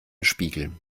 spiegel